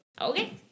Okay